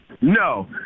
No